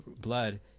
blood